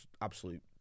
absolute